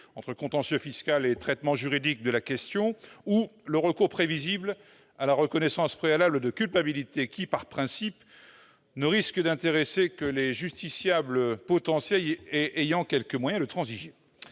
entre contentieux fiscal et traitement juridique de la question, ou le recours prévisible à la reconnaissance préalable de culpabilité qui, par principe, ne risque d'intéresser que les justiciables potentiels ayant quelques moyens de transiger